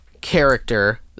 character